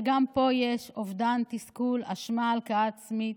וגם פה יש אובדן, תסכול, אשמה, הלקאה עצמית